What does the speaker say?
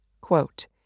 quote